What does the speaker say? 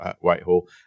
Whitehall